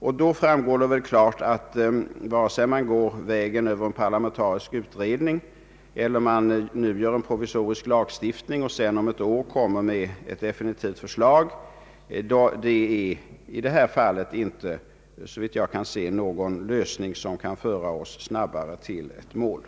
Av detta framgår väl klart att vare sig man går vägen över en parlamentarisk utredning eller nu gör en provisorisk lagstiftning och därefter om ett år lägger fram ett definitivt förslag så når man ingen lösning som snabbare kan föra fram till målet.